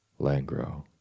Langro